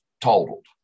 totaled